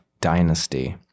Dynasty